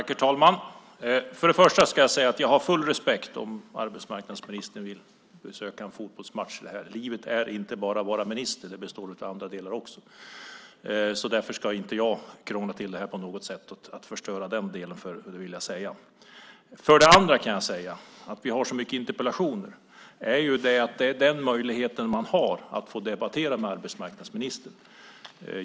Herr talman! Jag har full respekt för att arbetsmarknadsministern vill besöka en fotbollsmatch. Livet är inte bara att vara minister; det består av annat också. Därför ska jag inte krångla till detta och förstöra det. Att vi har så många interpellationer beror på att det är den möjlighet man har att debattera med arbetsmarknadsministern.